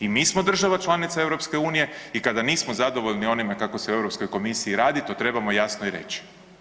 I mi smo država članica EU i kada nismo zadovoljni onime kako se u EU komisiji radi, to trebamo jasno i reći.